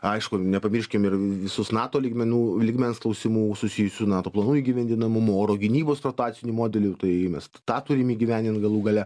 aišku nepamirškim ir visus nato lygmenų lygmens klausimų susijusių su nato planų įgyvendinamumu oro gynybos rotacinį modelį tai mes tą turime įgyvendint galų gale